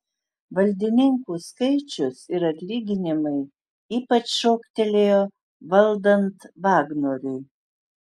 valdininkų skaičius ir atlyginimai ypač šoktelėjo valdant vagnoriui